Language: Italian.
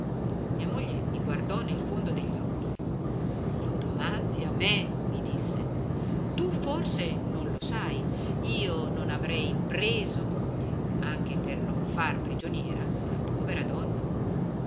mia moglie mi guardò nel fondo degli occhi lo domandi a me mi disse tu forse non lo sai io non avrei preso moglie anche per non far prigioniera una povera donna